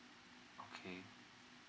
okay